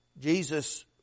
Jesus